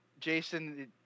Jason